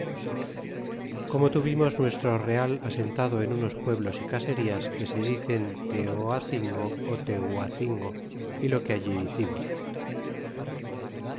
como tuvimos nuestro real asentado en unos pueblos y caserías que se dicen teo lugo tez y lo que allí hicimos